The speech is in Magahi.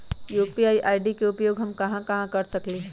यू.पी.आई आई.डी के उपयोग हम कहां कहां कर सकली ह?